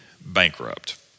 bankrupt